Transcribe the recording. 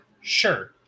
sure